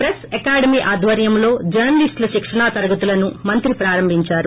press academy ఆధ్వర్యంలో జర్న లీస్టుల శిక్షణా తరగతులను మంత్రి ప్రారంభించారు